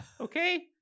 Okay